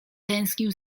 tęsknił